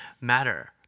matter